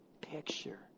picture